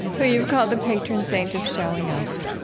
who you've called the patron saint of showing up.